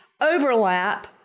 overlap